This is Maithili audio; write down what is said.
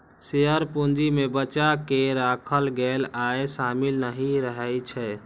शेयर पूंजी मे बचा कें राखल गेल आय शामिल नहि रहै छै